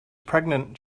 pregnant